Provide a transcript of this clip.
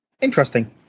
Interesting